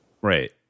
right